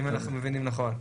אם אנחנו מבינים נכון.